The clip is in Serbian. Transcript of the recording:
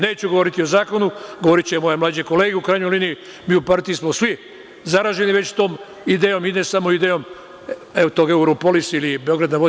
Neću govoriti o zakonu, govoriće moje mlađe kolege u krajnjoj liniji, mi u partiji smo svi zaraženi već tom idejom, i ne samo idejom Europolis ili Beograd na vodi.